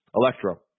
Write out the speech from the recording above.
Electro